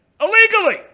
illegally